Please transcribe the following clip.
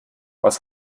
was